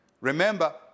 Remember